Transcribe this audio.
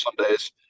Sundays